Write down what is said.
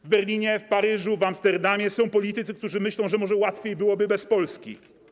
W Berlinie, Paryżu, Amsterdamie są politycy, którzy myślą, że może łatwiej byłoby bez Polski.